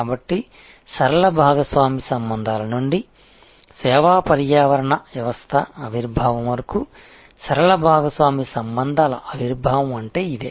కాబట్టి సరళ భాగస్వామి సంబంధాల నుండి సేవా పర్యావరణ వ్యవస్థ ఆవిర్భావం వరకు సరళ భాగస్వామి సంబంధాల ఆవిర్భావం అంటే ఇదే